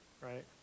right